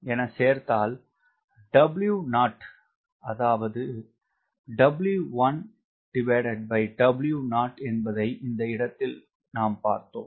என சேர்த்தால் W0 அதாவது W1W0 என்பதை இந்த இடத்தில் நாம் பார்த்தோம்